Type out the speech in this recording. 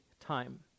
time